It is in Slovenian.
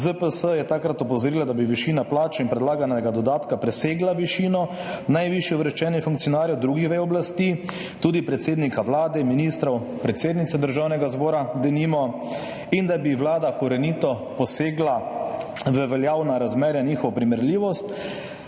ZPS je takrat opozorila, da bi višina plače in predlaganega dodatka presegla višino najvišje uvrščenih funkcionarjev drugih vej oblasti, tudi predsednika Vlade, ministrov, predsednice Državnega zbora, denimo, in da bi Vlada korenito posegla v veljavna razmerja, njihovo primerljivost,